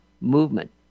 movement